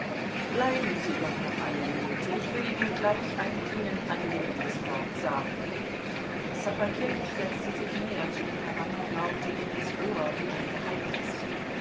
bleiben sie doch noch eine minute ich will ihnen gleich ein ihnen angenehmes wort sagen ssobakewitsch setzte sich näher zu ihm heran und raunte ihm ins ohr wie ein geheimnis